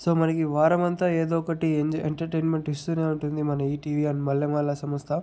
so మనకి వారం అంతా ఏదో ఒకటి ఎంజాయ్ ఎంటర్టైన్మెంట్ ఇస్తూనే ఉంటుంది మన ఈటీవీ అండ్ మల్లెమాల సంస్థ